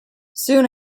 soon